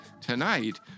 Tonight